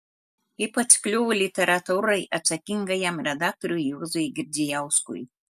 ypač kliuvo literatūrai atsakingajam redaktoriui juozui girdzijauskui